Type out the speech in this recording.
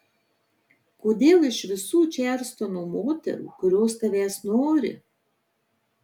kodėl iš visų čarlstono moterų kurios tavęs nori